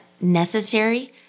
necessary